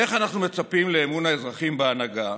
איך אנחנו מצפים לאמון האזרחים בהנהגה